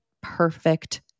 perfect